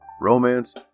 romance